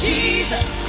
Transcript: Jesus